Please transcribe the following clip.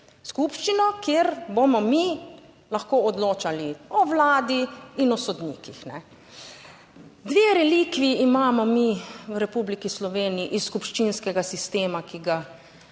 skupščino, kjer bomo mi lahko odločali o vladi in o sodnikih, kajne. Dve relikviji imamo mi v Republiki Sloveniji iz skupščinskega sistema, ki ga